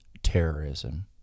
terrorism